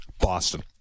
Boston